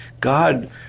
god